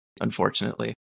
unfortunately